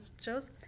shows